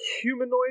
humanoid